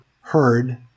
heard